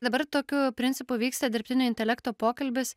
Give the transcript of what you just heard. dabar tokiu principu vyksta dirbtinio intelekto pokalbis